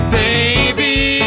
baby